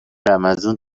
رمضون